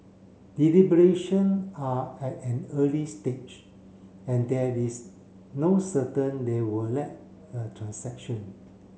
deliberation are at an early stage and there is no certain they will lead a transaction